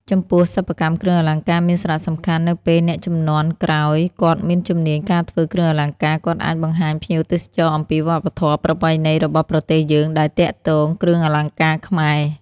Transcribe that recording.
ចំពោះសិប្បកម្មគ្រឿងអលង្ការមានសារៈសំខាន់នៅពេលអ្នកជំនាន់ក្រោយគាត់មានជំនាញការធ្វើគ្រឿងអលង្ការ គាត់អាចបង្ហាញភ្ញៀវទេសចរណ៍អំពីវប្បធម៌ ប្រពៃណីរបស់ប្រទេសយើងដែលទាក់ទងគ្រឿងអលង្ការខ្មែរ។